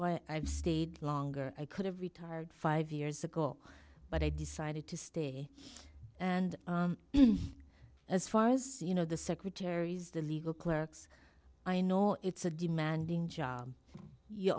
why i've stayed longer i could have retired five years ago but i decided to stay and as far as you know the secretaries the legal clerks i know it's a demanding job you